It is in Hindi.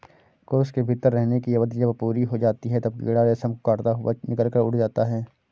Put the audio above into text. कोश के भीतर रहने की अवधि जब पूरी हो जाती है, तब कीड़ा रेशम को काटता हुआ निकलकर उड़ जाता है